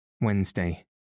Wednesday